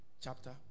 chapter